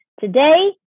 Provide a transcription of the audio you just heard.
Today